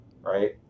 right